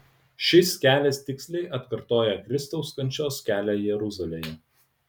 šis kelias tiksliai atkartoja kristaus kančios kelią jeruzalėje